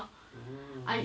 oh